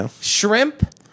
shrimp